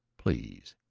please,